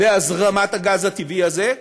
בהזרמת הגז הטבעי הזה,